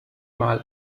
mal